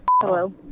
Hello